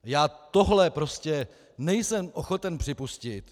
Já tohle prostě nejsem ochoten připustit.